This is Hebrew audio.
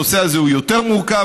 הנושא הזה יותר מורכב,